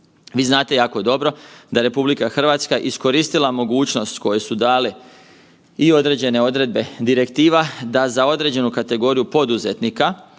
Vi znate jako dobro da RH iskoristila mogućnost koje su dale i određene odredbe direktiva da za određenu kategoriju poduzetnika,